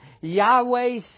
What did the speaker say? Yahweh